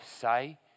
say